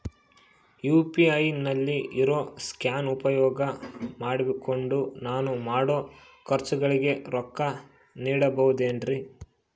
UPI ನಲ್ಲಿ ಇರೋ scan ಉಪಯೋಗ ಮಾಡಿಕೊಂಡು ನಾನು ಮಾಡೋ ಖರ್ಚುಗಳಿಗೆ ರೊಕ್ಕ ನೇಡಬಹುದೇನ್ರಿ?